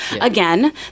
Again